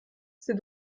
c’est